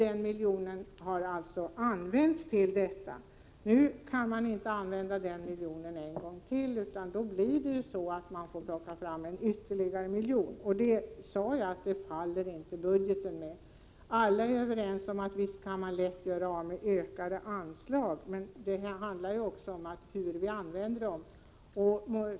Den miljonen har alltså använts till detta och kan inte användas en gång till; i så fall får man plocka fram ytterligare en miljon. Jag sade också att budgeten inte står och faller med detta. Alla är överens om att man lätt kan göra av med mer pengar om man får ökade anslag. Men det handlar också om hur vi använder dem.